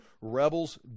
rebels